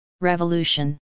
Revolution